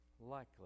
likely